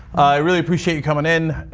i really appreciate you coming in,